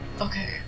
Okay